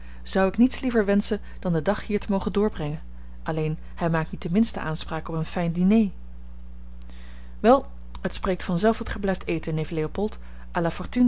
zou ik niets liever wenschen dan den dag hier te mogen doorbrengen alleen hij maakt niet de minste aanspraak op een fijn diner wel het spreekt vanzelf dat gij blijft eten